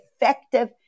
effective